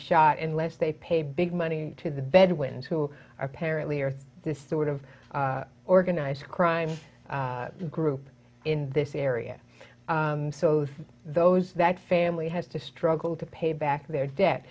shot and less they pay big money to the bed winds who are apparently or this sort of organized crime group in this area so those those that family has to struggle to pay back their debt